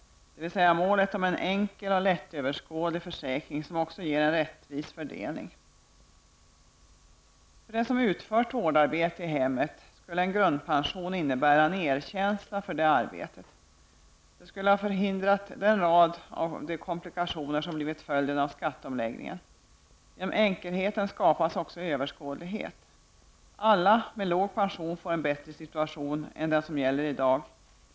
Målet är alltså att komma fram till en enkel och lättöverskådlig försäkring, som också innebär en rättvis fördelning. För den som har utfört vårdarbete i hemmet skulle en grundpension innebära en erkänsla för detta arbete. De många komplikationer som har blivit följden av skatteomläggningen skulle inte ha uppkommit. Genom enkelheten skapas också överskådlighet. Alla som har låg pension skulle få en bättre situation jämfört med vad som gäller i dag.